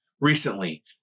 recently